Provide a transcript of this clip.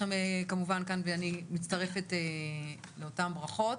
כמובן כאן ואני מצטרפת לאותן ברכות.